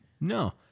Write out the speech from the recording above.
No